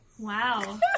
Wow